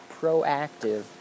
proactive